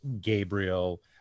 Gabriel